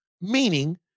meaning